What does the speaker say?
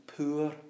poor